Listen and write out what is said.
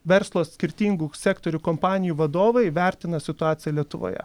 verslo skirtingų sektorių kompanijų vadovai vertina situaciją lietuvoje